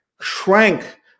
Shrank